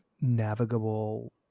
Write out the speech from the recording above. navigable